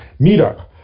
meetup